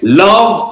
love